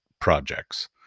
projects